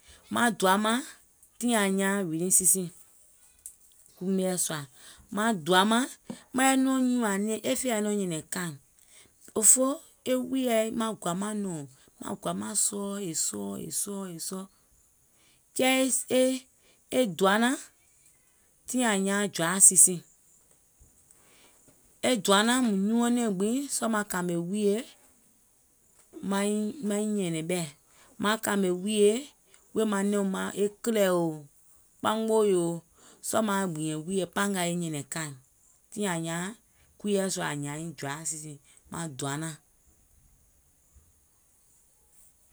Maŋ doa màŋ tiŋ àŋ nyaaŋ raining season kui mieɛ̀ sùà. Maŋ doa màŋ maŋ yɛi nɔŋ nyùàŋ nɛ̀ŋ e fè yɛi nɔŋ nyɛ̀nɛ̀ŋ kàìŋ, O foo e wùìyèɛ, maŋ gɔ̀àà maŋ nɔ̀ŋ, maŋ gɔ̀àà maŋ sɔɔ. Kɛɛ e doa nàŋ tiŋ àŋ nyaaŋ dry season. E doa nàŋ mùŋ nyuɔŋ nɛ̀ŋ gbiŋ sɔɔ̀ maŋ kàmè wùìyè maiŋ nyɛ̀nɛ̀ŋ ɓɛ̀, maŋ kàmè wùìyè wèè manɛ̀um màŋ, e kìlɛ̀o, kpamòo. sɔɔ̀ maaŋ gbìɛ̀ŋ wùìyè pangàà e nyɛ̀nɛ̀ŋ kàìŋ, tiŋ àŋ nyaaŋ kuiɛ̀ sùà nyààŋ dry season, maŋ doa nàŋ.